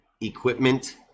Equipment